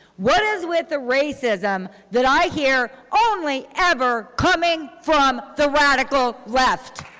what is with the racism that i hear only ever coming from the radical left?